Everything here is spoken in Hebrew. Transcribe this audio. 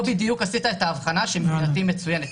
פה בדיוק עשית את ההבחנה, שמבחינתי מצוינת.